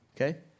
okay